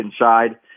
inside